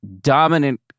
dominant